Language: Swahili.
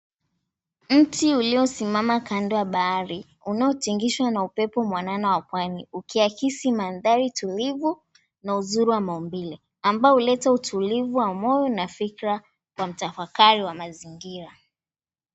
Mti uliyosimama kando ya bahari unaotingishwa na upepo mwanana wa pwani ukiakisi maandhari tulivu na uzuri wa maumbile ambayo huleta utulivu wa moyo na fikra na mtafakari wa mazingira.